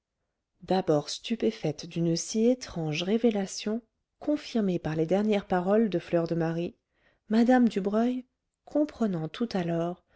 d'abord stupéfaite d'une si étrange révélation confirmée par les dernières paroles de fleur de marie mme dubreuil comprenant tout alors